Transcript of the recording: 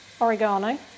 oregano